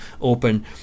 open